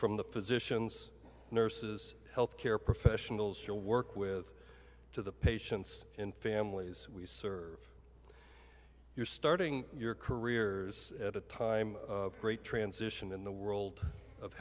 from the physicians nurses health care professionals your work with to the patients and families we serve you're starting your careers at a time of great transition in the world of